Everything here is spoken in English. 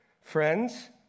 Friends